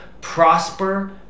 Prosper